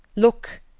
look!